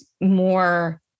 more